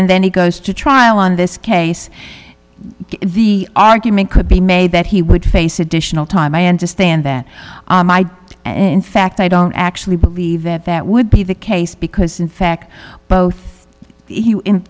and then he goes to trial on this case the argument could be made that he would face additional time i understand that in fact i don't actually believe that that would be the case because in fact both